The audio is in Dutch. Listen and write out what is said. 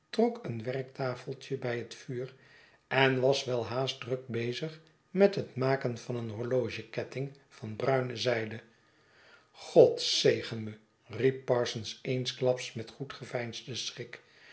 trok een werktafeltje bij het vuur en was welhaast druk bezig met het maken van een horlogeketting van bruine zijde god zegen me i riep parsons eensklap met goed geveinsden schrik